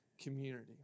community